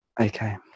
okay